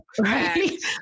Right